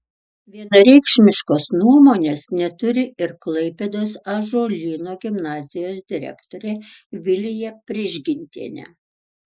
vienareikšmiškos nuomonės neturi ir klaipėdos ąžuolyno gimnazijos direktorė vilija prižgintienė